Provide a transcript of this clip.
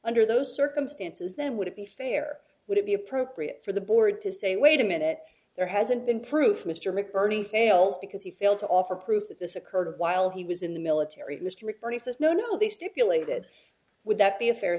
under those circumstances then would it be fair would it be appropriate for the board to say wait a minute there hasn't been proof mr mcbirney fails because he failed to offer proof that this occurred while he was in the military mr mccarthy says no no they stipulated would that be a fair